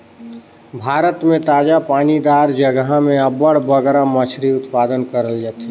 भारत में ताजा पानी दार जगहा में अब्बड़ बगरा मछरी उत्पादन करल जाथे